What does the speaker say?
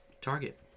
Target